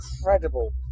incredible